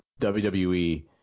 WWE